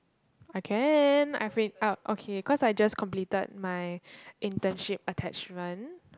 I can I freak out okay cause I just completed my internship attachment